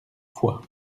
foix